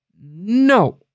no